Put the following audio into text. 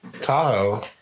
Tahoe